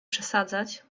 przesadzać